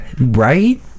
right